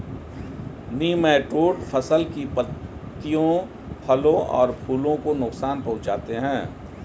nematode फसल की पत्तियों फलों और फूलों को नुकसान पहुंचाते हैं